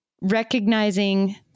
recognizing